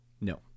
no